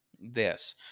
Yes